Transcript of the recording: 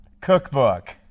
cookbook